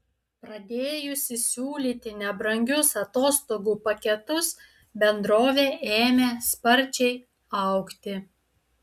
pradėjusi siūlyti nebrangius atostogų paketus bendrovė ėmė sparčiai augti